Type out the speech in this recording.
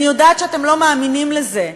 אני יודעת שאתם לא מאמינים לזה,